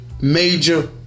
major